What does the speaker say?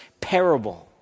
parable